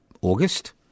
August